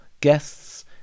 guests